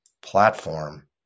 platform